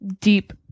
deep